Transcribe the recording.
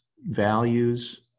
values